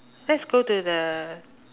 let's go to the